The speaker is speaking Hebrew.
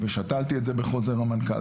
ושתלתי את זה בחוזר המנכ"ל.